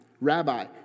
Rabbi